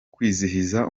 kwizihiza